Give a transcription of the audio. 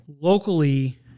Locally